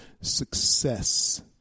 success